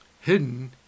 hidden